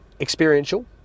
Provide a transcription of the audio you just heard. experiential